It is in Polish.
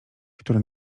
które